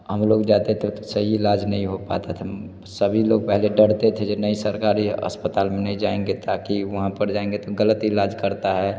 हम लोग जाते थे तो सही इलाज नहीं हो पाता था सभी लोग पहले डरते थे जो नहीं सरकारी अस्पताल में नहीं जाएँगे ताकि वहाँ पर जाएँगे तो ग़लत इलाज करते हैं